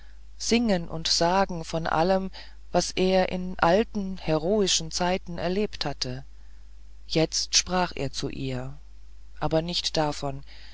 singen und sagen von allem was er in alten heroischen zeiten erlebt hatte jetzt sprach er zu ihr aber nicht davon